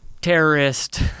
terrorist